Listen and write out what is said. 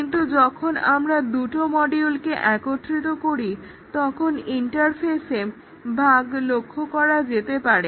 কিন্তু যখন আমরা দুটো মডিউলকে একত্রিত করি তখন ইন্টারফেসে বাগ্ লক্ষ্য করা যেতে পারে